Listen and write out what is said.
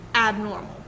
abnormal